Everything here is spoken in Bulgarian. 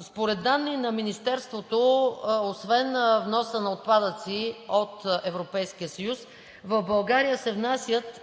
Според данни на Министерството, освен вносът на отпадъци от Европейския съюз, в България се внасят